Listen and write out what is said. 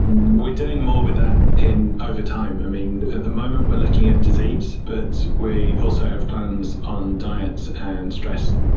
we're doing more with that over time. i mean, at the moment we're looking at disease, but we also have plans on diets and stress.